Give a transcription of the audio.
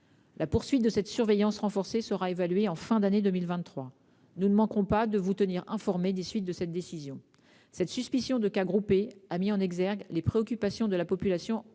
La poursuite de cette surveillance renforcée sera évaluée en fin d'année 2023. Nous ne manquerons pas de vous tenir informé des suites de cette décision, monsieur le sénateur. Cette suspicion de cas groupés a mis en exergue les préoccupations de la population en